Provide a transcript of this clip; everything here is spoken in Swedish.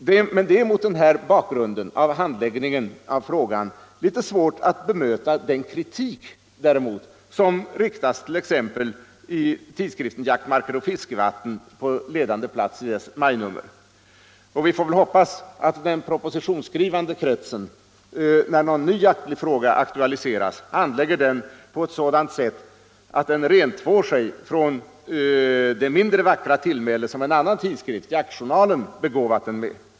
Det är mot den här bakgrunden svårt att bemöta den kritik, som tidskriften Jaktmarker och Fiskevatten på ledande plats i sitt majnummer riktar mot handläggningen av frågan. Och vi får väl hoppas att den propositionsskrivande kretsen, när någon ny jaktlig fråga aktualiseras, handlägger denna på sådant sätt att den rentvår sig från det mindre vackra tillmäle som en annan tidskrift, Jaktjournalen, begåvat den med.